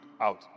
out